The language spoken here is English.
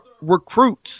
recruits